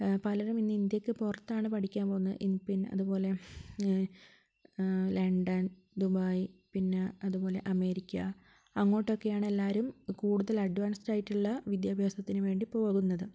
പലരും ഇന്ന് ഇന്ത്യക്ക് പുറത്താണ് പഠിക്കാൻ പോകുന്നത് ഇന്ന് പിന്നെ അതുപോലെ ലെണ്ടൻ ദുബായ് പിന്നെ അതുപോലെ അമേരിക്ക അങ്ങോട്ടൊക്കെയാണ് എല്ലാവരും കൂടുതൽ അഡ്വാൻസ്ഡായിട്ടുള്ള വിദ്യാഭ്യാസത്തിന് വേണ്ടി പോകുന്നത്